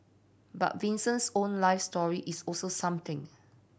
but Vincent's own life story is also something